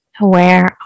aware